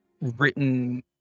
written